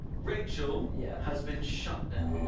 rachel yeah has been shut down.